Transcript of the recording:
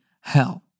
hell